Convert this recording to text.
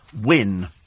win